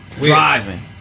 Driving